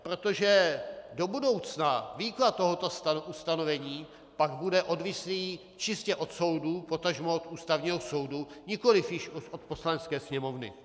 Protože do budoucna výklad tohoto ustanovení pak bude odvislý čistě od soudu, potažmo od Ústavního soudu, nikoli již od Poslanecké sněmovny.